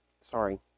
sorry